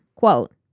Quote